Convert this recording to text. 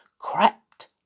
crept